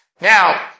Now